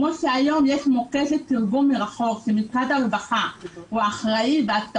כפי שהיום יש מוקד לתרגום מרחוק שמשרד הרווחה הוא האחראי עליו,